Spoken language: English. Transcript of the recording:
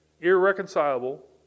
Irreconcilable